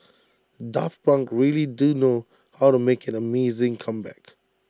daft Punk really do know how to make an amazing comeback